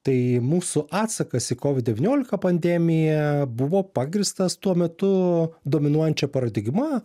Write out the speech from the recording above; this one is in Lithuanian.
tai mūsų atsakas į kovid devyniolika pandemiją buvo pagrįstas tuo metu dominuojančia paradigma